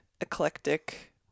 eclectic